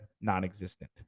non-existent